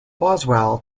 boswell